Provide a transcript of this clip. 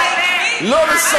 לא, יכול להיות שאת יודעת.